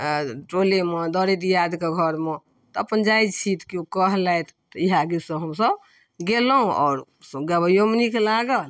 टोलेमे दरे दियादके घरमे तऽ अपन जाइ छी तऽ केओ कहलथि तऽ इएहे गीत सब हमसब गेलहुँ आओर गबैयोमे नीक लागल